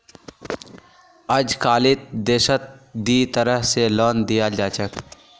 अजकालित देशत दी तरह स लोन दियाल जा छेक